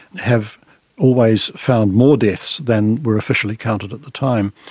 have always found more deaths than were officially counted at the time.